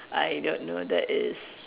I don't know that is